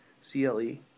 C-L-E